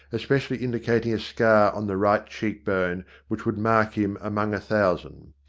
especially indicating a scar on the right cheek bone which would mark him among a thousand.